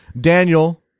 Daniel